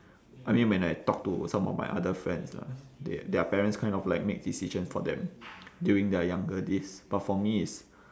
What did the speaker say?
I mean when I talk to some of my other friends lah they their parents kind of like make decisions for them during their younger days but for me is